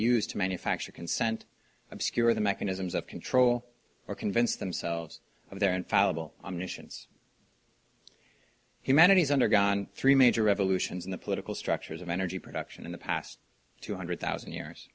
use to manufacture consent obscure the mechanisms of control or convince themselves of their infallible i'm nation's humanity has undergone three major revolutions in the political structures of energy production in the past two hundred thousand years